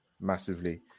massively